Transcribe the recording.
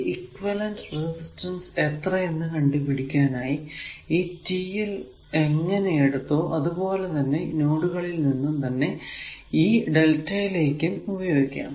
ഈ equivalent resistance എത്രയെന്നു കണ്ടുപിടിക്കാനായി ഈ T ൽ എങ്ങനെ എടുത്തോ അതുപോലെ അതെ നോഡുകളിൽ നിന്നും തന്നെ ഈ Δ യിലും ഉപയോഗിക്കാം